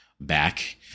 back